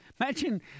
Imagine